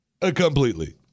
completely